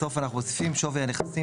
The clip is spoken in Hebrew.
בסוף הפיסקה אנחנו מוסיפים: ""שווי נכסים",